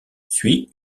suit